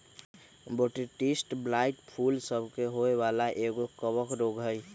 Botrytis blight फूल सभ के होय वला एगो कवक रोग हइ